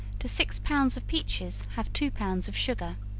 to six pounds of peaches have two pounds of sugar,